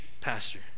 Pastor